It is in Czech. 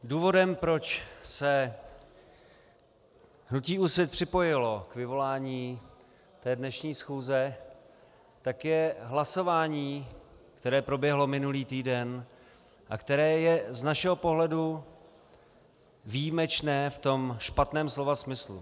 Důvodem, proč se hnutí Úsvit připojilo k vyvolání dnešní schůze, je hlasování, které proběhlo minulý týden a které je z našeho pohledu výjimečné v tom špatném slova smyslu.